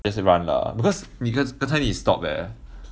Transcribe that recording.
just let it run lah because because 刚才你 he stop eh